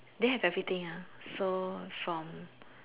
there have everything ah so from